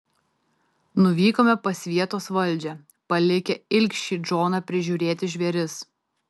nuvykome pas vietos valdžią palikę ilgšį džoną prižiūrėti žvėris